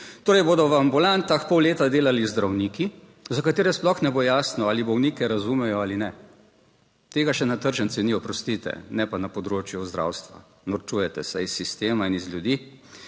torej bodo v ambulantah pol leta delali zdravniki, za katere sploh ne bo jasno, ali bolnike razumejo ali ne. Tega še na tržnici ni, oprostite, ne pa na področju zdravstva, norčujete se iz sistema in iz ljudi.